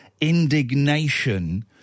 indignation